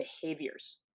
behaviors